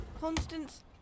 Constance